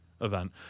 event